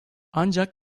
ancak